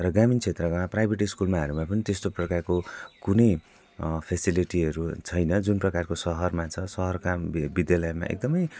र ग्रामीण क्षेत्रमा प्राइभेट स्कुलहरूमा पनि त्यस्तो प्रकारको कुनै फेसिलिटीहरू छैन जुन प्रकारको सहरमा छ सहरका विद्यालयमा एकदम